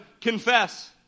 confess